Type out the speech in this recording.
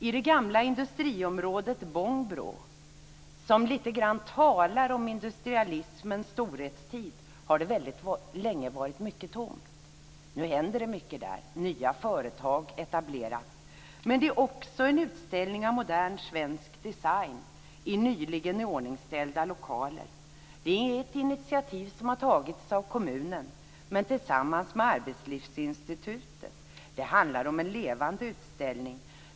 I det gamla industriområdet Bongbro, som lite grann talar om industrialismens storhetstid, har det väldigt länge varit mycket tomt. Nu händer det mycket där. Nya företag etableras. Men där är också en utställning av modern svensk design i nyligen iordningställda lokaler. Det är ett initiativ som tagits av kommunen tillsammans med Arbetslivsinstitutet. Det handlar om en levande utställning.